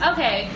Okay